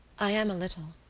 i am a little,